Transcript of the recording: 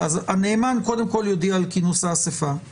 אנחנו כבר דנו בסעיפים של כינוס האסיפה והודעה על